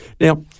Now